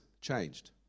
changed